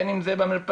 בין אם זה במרפסות,